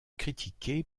critiquée